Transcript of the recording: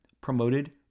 promoted